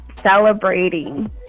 celebrating